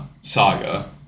saga